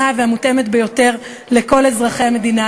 והמותאמת ביותר לכל אזרחי המדינה.